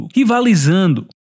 rivalizando